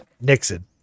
Nixon